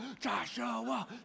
Joshua